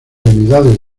unidades